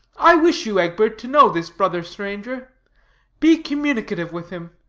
i wish you, egbert, to know this brother stranger be communicative with him.